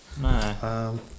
No